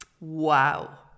wow